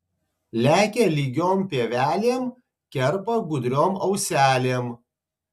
lekia lygiom pievelėm kerpa gudriom auselėm